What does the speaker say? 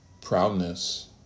proudness